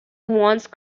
once